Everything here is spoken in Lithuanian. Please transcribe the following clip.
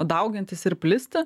daugintis ir plisti